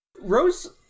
Rose